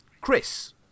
Chris